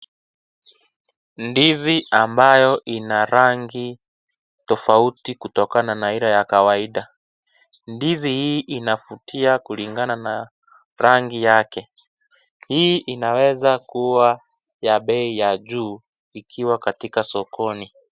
Ndizi ambayo inarangi tofauti kutokana na ile ya kawaida, ndizi hii inavutia kulingana na rangi yake, hii inaweza kua ya bei ya juu ikiwa katika sokoni.